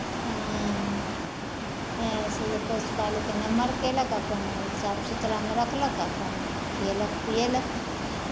हँ इएहसभ पोसि पालि कऽ नम्हर कयलक अपन साफ सुथरामे रखलक अपन खिएलक पिएलक